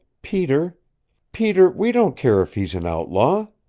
peter peter we don't care if he's an outlaw!